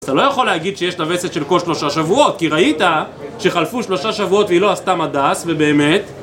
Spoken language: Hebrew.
אתה לא יכול להגיד שיש לה וסת של כל שלושה שבועות, כי ראית שחלפו שלושה שבועות והיא לא עשתה מדס, ובאמת...